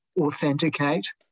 authenticate